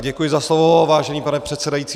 Děkuji za slovo, vážený pane předsedající.